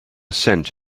cent